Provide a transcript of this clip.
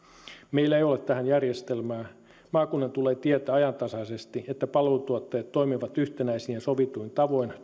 meillä ei ole tähän järjestelmää maakunnan tulee tietää ajantasaisesti että palvelutuottajat toimivat yhtenäisin ja sovituin tavoin